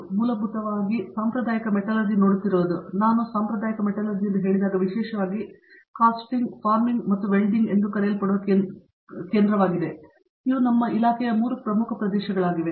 ಆದ್ದರಿಂದ ಮೂಲಭೂತವಾಗಿ ಸಾಂಪ್ರದಾಯಿಕ ಮೆಟಲರ್ಜಿ ನೋಡುತ್ತಿರುವುದು ನಾನು ಸಾಂಪ್ರದಾಯಿಕ ಮೆಟಲರ್ಜಿ ಎಂದು ಹೇಳಿದಾಗ ವಿಶೇಷವಾಗಿ ಕ್ಯಾಸ್ಟಿಂಗ್ ಫಾರ್ಮಿಂಗ್ ಮತ್ತು ವೆಲ್ಡಿಂಗ್ ಎಂದು ಕರೆಯಲ್ಪಡುವ ಕೇಂದ್ರೀಕೃತವಾಗಿದೆ ಇವು ನಮ್ಮ ಇಲಾಖೆಯ 3 ಪ್ರಮುಖ ಪ್ರದೇಶಗಳಾಗಿವೆ